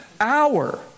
hour